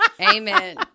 amen